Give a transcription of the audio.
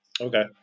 Okay